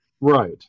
right